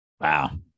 Wow